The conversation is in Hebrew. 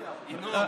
ינון,